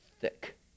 thick